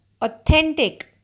authentic